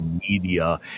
media